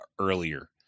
earlier